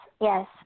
yes